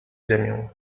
ziemię